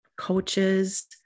coaches